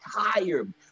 tired